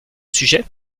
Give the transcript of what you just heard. sujet